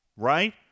right